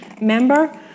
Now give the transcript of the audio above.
member